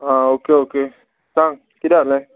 आं okay okay सांग किदें आलें